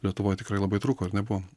lietuvoj tikrai labai trūko ir nebuvo